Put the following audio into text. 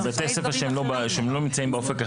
ובבתי ספר שהם לא נמצאים באופק החדש,